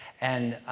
and